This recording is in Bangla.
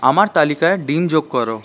আমার তালিকায় ডিম যোগ করো